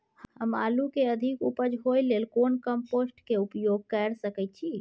हम आलू के अधिक उपज होय लेल कोन कम्पोस्ट के उपयोग कैर सकेत छी?